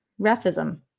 refism